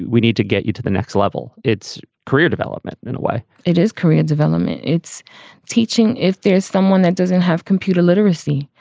we need to get you to the next level. it's career development in a way it is career development. it's teaching. if there's someone that doesn't have computer literacy,